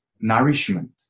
nourishment